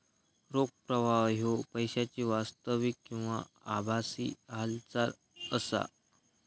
रोख प्रवाह ह्यो पैशाची वास्तविक किंवा आभासी हालचाल असा